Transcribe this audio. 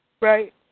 right